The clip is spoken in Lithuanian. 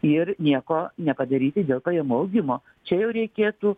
ir nieko nepadaryti dėl pajamų augimo čia jau reikėtų